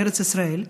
לארץ ישראל,